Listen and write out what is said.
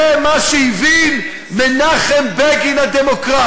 זה מה שהבין מנחם בגין הדמוקרט,